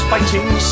Fighting